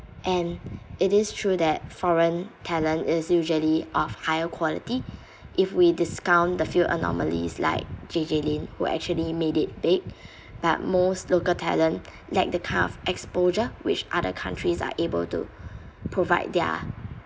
and it is true that foreign talent is usually of higher quality if we discount the few anomalies like J_J-lin who actually made it big but most local talent lack the carve exposure which other countries are able to provide their